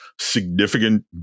significant